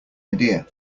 idea